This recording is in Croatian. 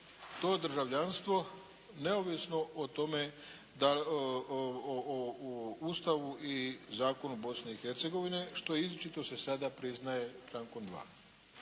to državljanstvo neovisno o tome da u Ustavu i zakonu Bosne i Hercegovine što izričito se sada priznaje člankom 2.